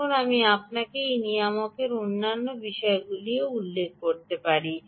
এখন আমি আপনাকে এই নিয়ামকের অন্যান্য বিশেষ উল্লেখগুলিও বলতে পারি